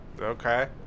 Okay